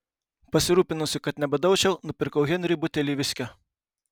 pasirūpinusi kad nebadaučiau nupirkau henriui butelį viskio